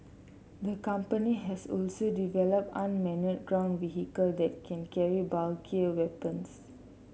the company has also developed unmanned ground vehicle that can carry bulkier weapons